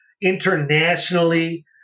internationally